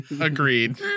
Agreed